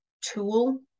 tool